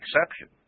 exception